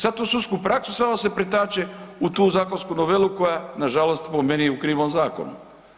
Sad tu sudsku praksu samo se pretače u tu zakonsku novelu koja, nažalost po meni je u krivom zakonu.